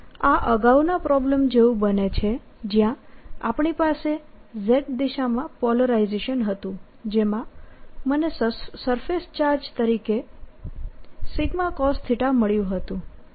આ અગાઉના પ્રોબ્લમ જેવું બને છે જ્યાં આપણી પાસે z દિશામાં પોલરાઇઝેશન હતું જેમાં મને સરફેસ ચાર્જ તરીકે cosθ મળ્યું હતું